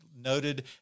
noted